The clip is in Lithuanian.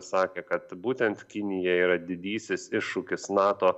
sakė kad būtent kinija yra didysis iššūkis nato